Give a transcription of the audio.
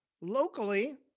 locally